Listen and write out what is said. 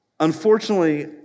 Unfortunately